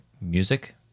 music